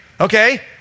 okay